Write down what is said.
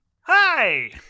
Hi